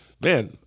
man